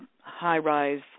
high-rise